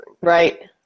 Right